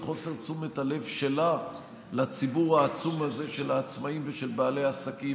על חוסר תשומת הלב שלה לציבור העצום של העצמאים ושל בעלי העסקים.